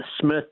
Smith